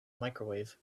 microwave